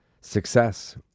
success